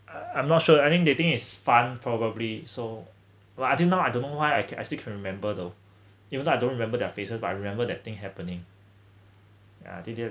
uh I'm not sure I think they think is fun probably so well until now I don't know why I ca~ I still can remember though even though I don't remember their faces but remember that thing happening yeah